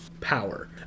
power